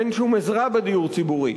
אין שום עזרה בדיור ציבורי.